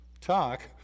talk